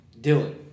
Dylan